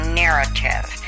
narrative